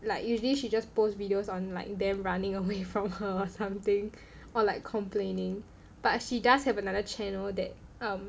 like usually she just post videos on like them running away from her or something or like complaining but she does have another channel that um